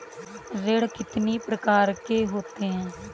ऋण कितनी प्रकार के होते हैं?